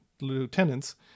lieutenants